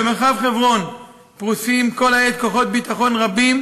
במרחב חברון פרוסים כל העת כוחות ביטחון רבים,